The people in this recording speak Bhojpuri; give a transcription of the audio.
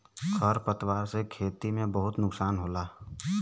खर पतवार से खेती में बहुत नुकसान होला